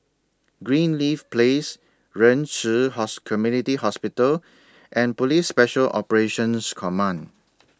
Greenleaf Place Ren Ci House Community Hospital and Police Special Operations Command